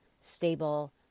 stable